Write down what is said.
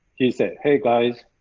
he said, hey guys,